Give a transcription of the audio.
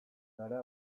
gara